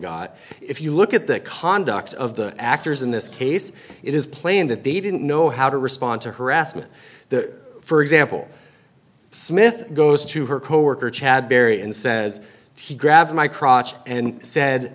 got if you look at the conduct of the actors in this case it is plain that they didn't know how to respond to harassment that for example smith goes to her coworker chad berry and says she grabbed my crotch and said